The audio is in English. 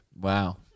Wow